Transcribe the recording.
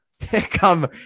come